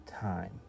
time